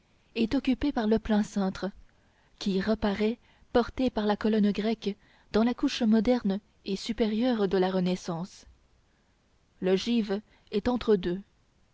est occupée par le plein cintre qui reparaît porté par la colonne grecque dans la couche moderne et supérieure de la renaissance l'ogive est entre deux